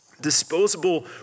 disposable